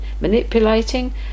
manipulating